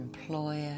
employer